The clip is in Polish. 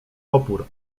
opór